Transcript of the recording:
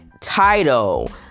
title